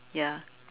ya